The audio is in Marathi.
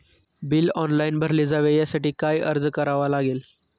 बिल ऑनलाइन भरले जावे यासाठी काय अर्ज करावा लागेल?